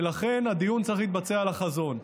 ולכן הדיון צריך להתבצע על החזון.